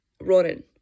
running